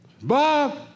Bob